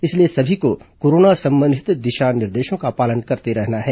इसलिए सभी को कोरोना संबंधित दिशा निर्देशों का पालन करते रहना है